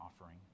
offering